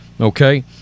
okay